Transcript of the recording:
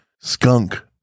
skunk